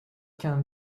qu’un